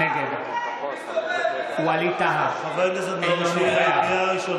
נגד ווליד טאהא, בעד סליחה.